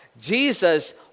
Jesus